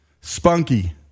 Spunky